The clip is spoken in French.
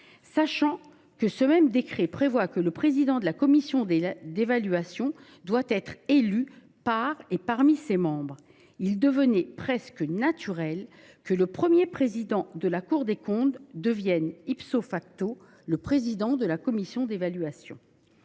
Sachant que ce même décret prévoit que le président de la commission d’évaluation de l’aide publique au développement est élu par et parmi ses membres, il devenait presque naturel que le Premier président de la Cour des comptes devienne le président de la commission d’évaluation.